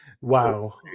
Wow